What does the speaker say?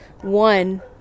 one